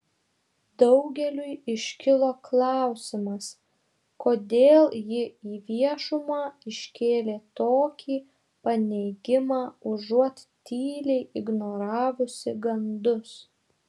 daugeliui iškilo klausimas kodėl ji į viešumą iškėlė tokį paneigimą užuot tyliai ignoravusi gandus